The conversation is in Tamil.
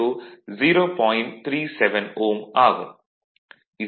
37 Ω ஆகும்